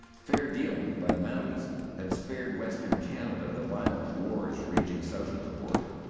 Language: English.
fair dealing by the mounties had spared western canada the violent wars raging south of the border.